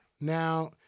Now